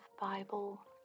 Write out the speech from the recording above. Bible